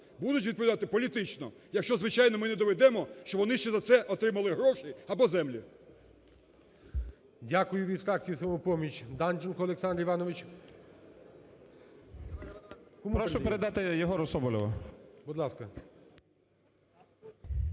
будуть відповідати політично, якщо, звичайно, ми не доведемо, що вони ще за це отримали гроші або землі.